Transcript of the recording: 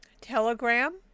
Telegram